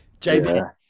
JB